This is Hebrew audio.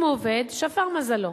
אם הוא עובד, שפר מזלו.